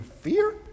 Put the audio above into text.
fear